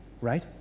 right